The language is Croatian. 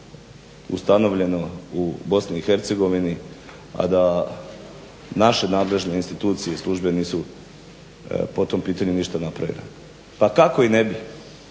ustanovljeno u BiH, a da naše nadležne institucije i službe nisu po tom pitanju ništa napravile. Pa kako i ne bi,